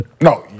No